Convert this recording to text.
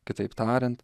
kitaip tariant